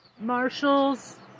Marshall's